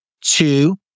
Two